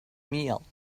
meal